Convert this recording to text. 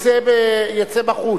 יצא בחוץ.